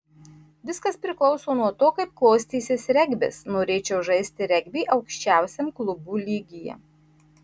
viskas priklauso nuo to kaip klostysis regbis norėčiau žaisti regbį aukščiausiam klubų lygyje